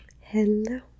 Hello